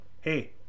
hey